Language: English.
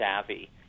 savvy